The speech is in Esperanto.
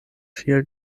ŝia